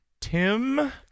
Tim